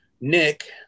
Nick